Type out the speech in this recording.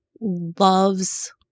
loves